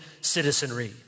citizenry